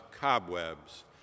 cobwebs